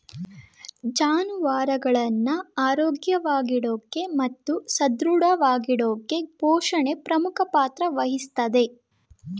ಜಾನುವಾರುಗಳನ್ನ ಆರೋಗ್ಯವಾಗಿಡೋಕೆ ಮತ್ತು ಸದೃಢವಾಗಿಡೋಕೆಪೋಷಣೆ ಪ್ರಮುಖ ಪಾತ್ರ ವಹಿಸ್ತದೆ